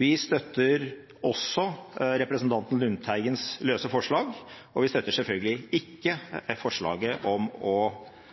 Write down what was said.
Vi støtter også representanten Lundteigens løse forslag, og vi støtter selvfølgelig ikke forslaget om å